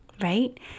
right